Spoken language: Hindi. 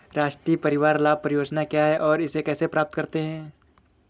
राष्ट्रीय परिवार लाभ परियोजना क्या है और इसे कैसे प्राप्त करते हैं?